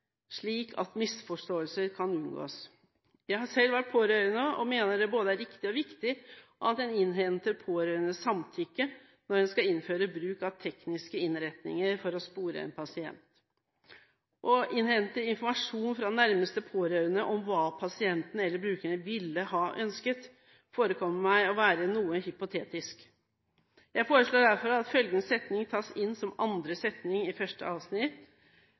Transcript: slik at misforståelser kan unngås. Jeg har selv vært pårørende og mener det både er riktig og viktig at en innhenter pårørendes samtykke når en skal innføre bruk av tekniske innretninger for å spore en pasient. Å innhente informasjon fra nærmeste pårørende om hva pasienten eller brukeren ville ha ønsket, forekommer meg å være noe hypotetisk. Jeg foreslår derfor at følgende setning tas inn som andre setning i første avsnitt: